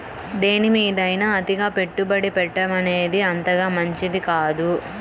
దేనిమీదైనా అతిగా పెట్టుబడి పెట్టడమనేది అంతగా మంచిది కాదు